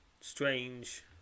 strange